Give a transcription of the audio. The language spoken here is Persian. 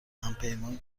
همپیمان